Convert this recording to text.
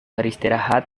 beristirahat